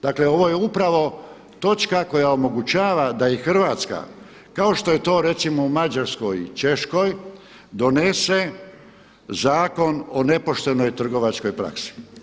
Dakle ovo je upravo točka koja omogućava da i Hrvatska kao što je to recimo u Mađarskoj i Češkoj donese Zakon o nepoštenoj trgovačkoj praksi.